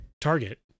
Target